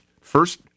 first-